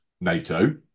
NATO